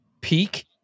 peak